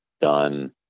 done